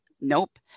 Nope